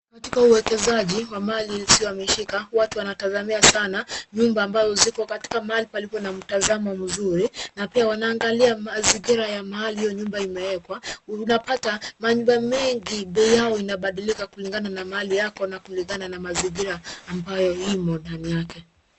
Katika uwekezaji wa mali isiyohamishika, watu wanatazamia sana nyumba ambazo ziko katika mahali palipo na mtazamo mzuri na pia wanaangali mazingira ya mahali hio nyumba imeekwa. Unapata manyumba mengi bei yao inabadilika kulinga na mali yako na kulingana na mazingira ambayo ime ndani yake.